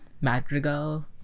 madrigal